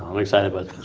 i'm excited but